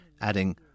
adding